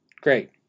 Great